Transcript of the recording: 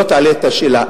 לא תעלה את השאלה.